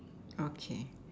okay